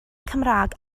cymraeg